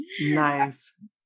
Nice